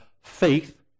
faith